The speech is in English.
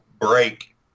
break